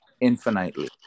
infinitely